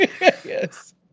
Yes